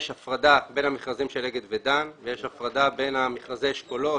יש הפרדה בין המכרזים של אגד ודן ויש הפרדה בין מכרזי האשכולות,